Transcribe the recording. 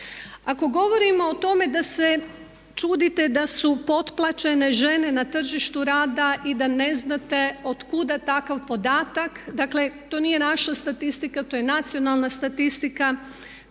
Ako govorimo o tome da se čudite da su potplaćene žene na tržištu rada i da ne znate otkuda takav podatak, dakle, to nije naša statistika, to je nacionalna statistika